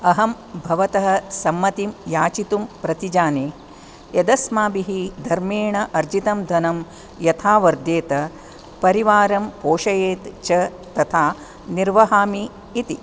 अहं भवतः सम्मतिं याचितुं प्रतिजाने यदस्माभिः धर्मेण अर्जितं धनम् यथा वर्धेत परिवारं पोषयेत् च तथा निर्वहामि इति